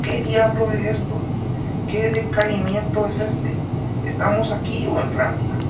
qué diablos es esto qué descaecimiento es éste estamos aquí o en francia